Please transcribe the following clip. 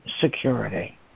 security